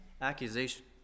accusation